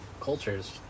cultures